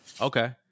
Okay